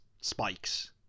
spikes